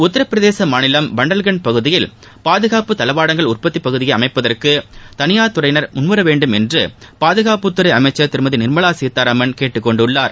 உத்தரபிரதேச மாநிலம் பண்டல்கண்ட் பகுதியில் பாதுகாப்பு தளவாடங்கள் உற்பத்தி பகுதியை அமைப்பதற்கு தனியார் துறையினர் முன்வரவேண்டும் என்று பாதுகாப்புத்துறை அமைச்சர் திருமதி நிர்மலா சீதாராமன் கேட்டுக்கொண்டுள்ளார்